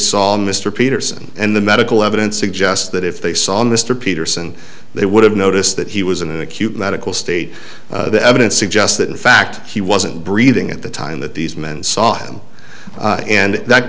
saw mr peterson and the medical evidence suggests that if they saw mr peterson they would have noticed that he was in an acute medical state the evidence suggests that in fact he wasn't breathing at the time that these men saw him and that